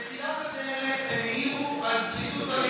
מתחילת הדרך העירו על זריזות,